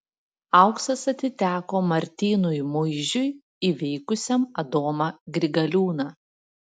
auksas atiteko martynui muižiui įveikusiam adomą grigaliūną